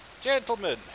Gentlemen